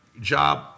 job